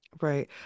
right